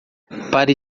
pare